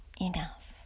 enough